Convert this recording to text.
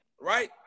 right